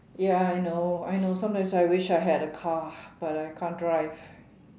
ya I know I know sometimes I wish I had a car but I can't drive